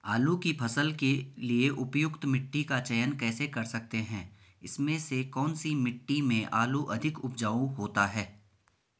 आलू की फसल के लिए उपयुक्त मिट्टी का चयन कैसे कर सकते हैं इसमें से कौन सी मिट्टी में आलू अधिक उपजाऊ होता है?